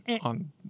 on